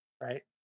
Right